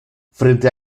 frente